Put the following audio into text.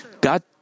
God